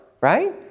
right